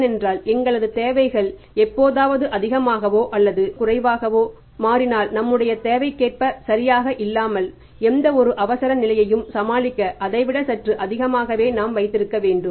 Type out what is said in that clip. ஏனென்றால் எங்களது தேவைகள் எப்போதாவது அதிகமாகவோ அல்லது எப்போதாவது குறைவாகவோ மாறினால் நம்முடைய தேவைக்கேற்ப சரியாக இல்லாமல் எந்தவொரு அவசரநிலையையும் சமாளிக்க அதைவிட சற்று அதிகமாகவே நாம் வைத்திருக்க வேண்டும்